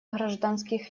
гражданских